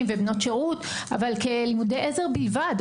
ובנות שירות אבל כלימודי עזר בלבד.